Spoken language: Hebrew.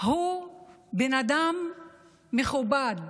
הוא בן אדם מכובד,